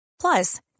Plus